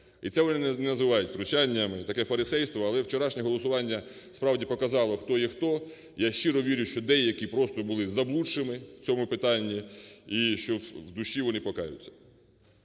І це вони називають втручанням і таке фарисейство. Але вчорашнє голосування справді показало, хто є хто. Я щиро вірю, що деякі просто були заблудшені в цьому питанні і що в душі вони покаються.